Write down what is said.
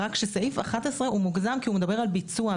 רק שסעיף (11) הוא מוגזם כי הוא מדבר על ביצוע.